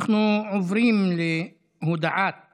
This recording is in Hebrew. אנחנו עוברים להודעת